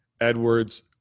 Edwards